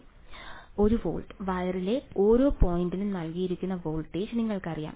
1 volt വയറിലെ ഓരോ പോയിന്റിലും നൽകിയിരിക്കുന്ന വോൾട്ടേജ് നിങ്ങൾക്കറിയാം